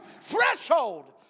threshold